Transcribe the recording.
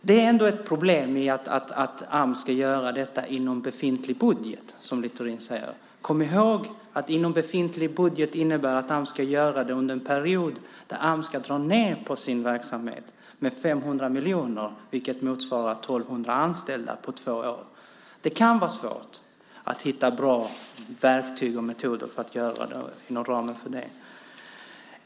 Det är ett problem att Ams ska göra detta inom befintlig budget, som Littorin säger. Kom ihåg att "inom befintlig budget" innebär att Ams ska göra detta under en period då Ams ska dra ned på sin verksamhet med 500 miljoner, vilket motsvarar 1 200 anställda på två år! Det kan vara svårt att hitta bra verktyg och metoder för att göra det inom den ramen.